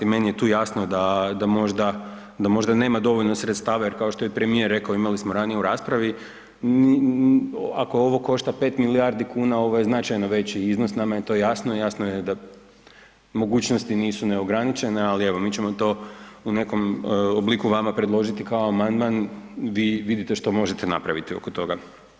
Meni je tu jasno da, da možda, da možda nema dovoljno sredstava jer kao što je i premijer rekao, imali smo ranije u raspravi, ako ovo košta 5 milijardi kuna, ovo je značajno veći iznos, nama je to jasno, jasno je da mogućnosti nisu neograničene, ali evo mi ćemo to u nekom obliku vama predložiti kao amandman, vi vidite šta možete napraviti oko toga.